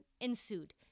ensued